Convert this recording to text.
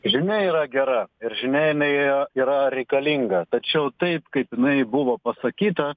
žinia yra gera ir žinia jinai yra reikalinga tačiau taip kaip jinai buvo pasakyta